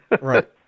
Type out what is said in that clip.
Right